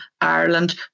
Ireland